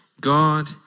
God